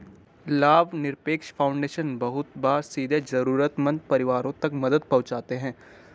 लाभनिरपेक्ष फाउन्डेशन बहुत बार सीधे जरूरतमन्द परिवारों तक मदद पहुंचाते हैं